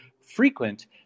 frequent